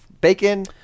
bacon